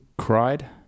cried